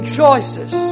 choices